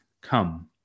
come